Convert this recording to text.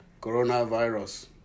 coronavirus